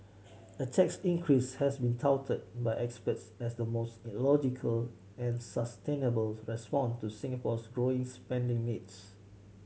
a tax increase has been touted by experts as the most logical and sustainable response to Singapore's growing spending needs